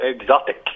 Exotic